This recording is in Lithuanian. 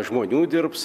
žmonių dirbs